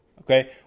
okay